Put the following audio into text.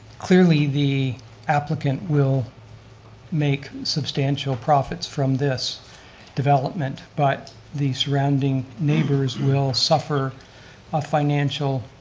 clearly, the applicant will make substantial profits from this development, but the surrounding neighbors will suffer a financial